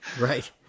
Right